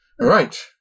Right